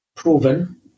proven